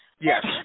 Yes